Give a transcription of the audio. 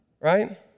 Right